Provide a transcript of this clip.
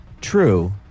true